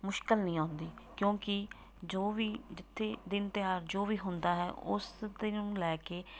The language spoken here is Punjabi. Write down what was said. ਮੁਸ਼ਕਲ ਨਹੀਂ ਆਉਂਦੀ ਕਿਉਂਕਿ ਜੋ ਵੀ ਜਿੱਥੇ ਦਿਨ ਤਿਉਹਾਰ ਜੋ ਵੀ ਹੁੰਦਾ ਹੈ ਉਸ 'ਤੇ ਨੂੰ ਲੈ ਕੇ